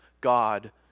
God